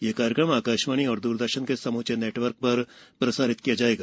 यह कार्यक्रम आकाशवाणी और द्रदर्शन के समूचे नेटवर्क र प्रसारित किया जाएगा